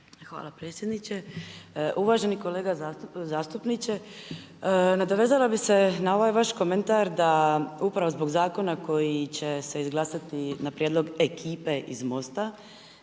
Hvala predsjedniče. Uvaženi kolega zastupniče, nadovezala bi se na ovaj vaš komentar da upravo zbog zakona koji će se izglasati na prijedlog ekipe iz MOST-a